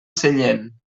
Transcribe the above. sellent